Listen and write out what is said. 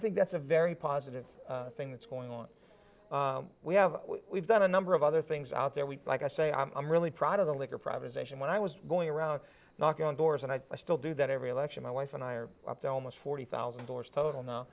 think that's a very positive thing that's going on we have we've done a number of other things out there we like i say i'm really proud of the liquor privatization when i was going around knocking on doors and i still do that every election my wife and i are up to almost forty thousand dollars total